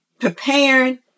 preparing